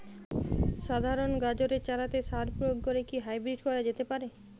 সাধারণ গাজরের চারাতে সার প্রয়োগ করে কি হাইব্রীড করা যেতে পারে?